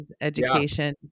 education